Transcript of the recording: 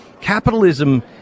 capitalism